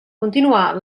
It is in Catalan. continuar